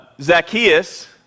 Zacchaeus